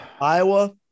Iowa